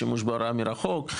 שימוש בהוראה מרחוק,